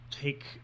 take